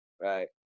right